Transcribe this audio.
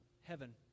heaven